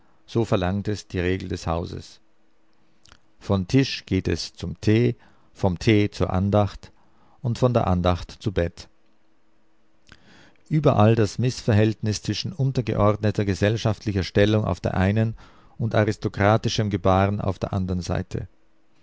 so verlangt es die regel des hauses von tisch geht es zum tee vom tee zur andacht und von der andacht zu bett überall das mißverhältnis zwischen untergeordneter gesellschaftlicher stellung auf der einen und aristokratischem gebaren auf der andern seite